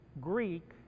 Greek